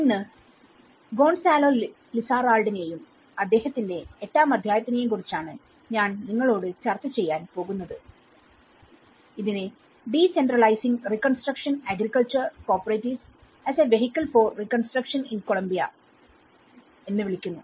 ഇന്ന് ഗോൺസാലോ ലിസാറാൾഡിനെയും അദ്ദേഹത്തിന്റെ എട്ടാം അധ്യായത്തിനെയും കുറിച്ചാണ് ഞാൻ നിങ്ങളോട് ചർച്ച ചെയ്യാൻ പോകുന്നത് ഇതിനെ decentralising reconstruction agriculture cooperatives as a vehicle for reconstruction in Colombia എന്ന് വിളിക്കുന്നു